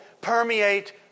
permeate